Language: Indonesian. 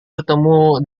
bertemu